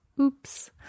oops